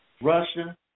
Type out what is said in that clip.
Russia